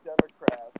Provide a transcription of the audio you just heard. Democrats